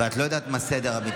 ואת לא יודעת מה סדר המתנגדים,